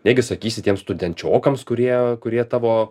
negi sakysi tiems studenčiokams kurie kurie tavo